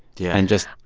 yeah. and just.